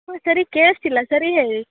ಹ್ಞೂ ಸರಿ ಕೇಳಿಸ್ತಿಲ್ಲ ಸರಿ ಹೇಳಿ